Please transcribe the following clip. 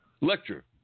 lecture